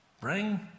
bring